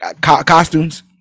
costumes